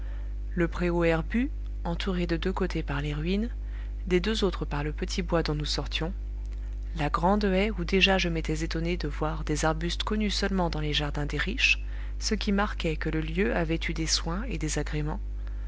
le préau herbu entouré de deux côtés par les ruines des deux autres par le petit bois dont nous sortions la grande haie où déjà je m'étais étonné de voir des arbustes connus seulement dans les jardins des riches ce qui marquait que le lieu avait eu des soins et